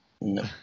No